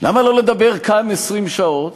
למה לא לדבר כאן 20 שעות,